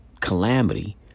calamity